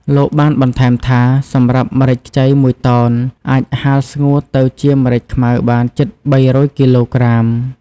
លោកបានបន្ថែមថា សម្រាប់ម្រេចខ្ចីមួយតោន អាចហាលស្ងួតទៅជាម្រេចខ្មៅបានជិត ៣០០ គីឡូក្រាម។